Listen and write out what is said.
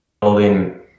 building